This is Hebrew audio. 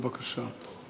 בבקשה.